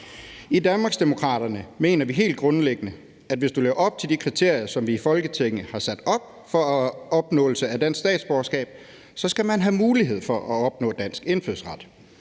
I Danmarksdemokraterne mener vi helt grundlæggende, at hvis man lever op til de kriterier, som vi i Folketinget har sat op for opnåelse af dansk statsborgerskab, så skal man have mulighed for at opnå dansk indfødsret.